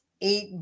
eight